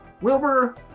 Wilbur